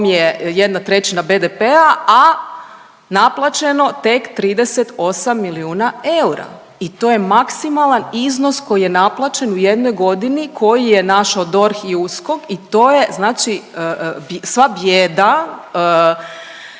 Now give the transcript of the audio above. jedna trećina BDP-a, a naplaćeno tek 38 milijuna eura i to je maksimalan iznos koji je naplaćen u jednoj godini koji je našao DORH i USKOK i to je znači sva bijeda